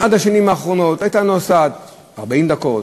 עד השנים האחרונות הייתה נוסעת 40 דקות,